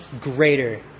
greater